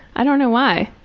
i don't know why.